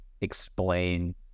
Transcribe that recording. explain